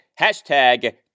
Hashtag